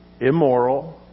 immoral